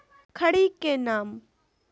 खड़ी के नाम?